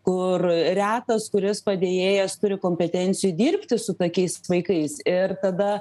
kur retas kuris padėjėjas turi kompetencijų dirbti su tokiais vaikais ir tada